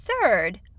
third